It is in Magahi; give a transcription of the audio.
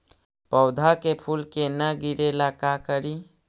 पौधा के फुल के न गिरे ला का करि?